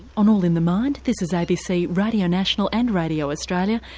on all in the mind this is abc radio national and radio australia,